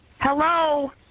Hello